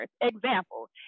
example